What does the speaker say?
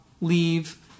leave